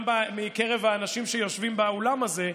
גם מקרב האנשים שיושבים באולם הזה,